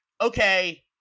okay